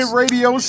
radio